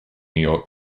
york